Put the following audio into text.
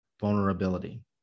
vulnerability